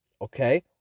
Okay